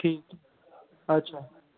ठीक ऐ अच्छा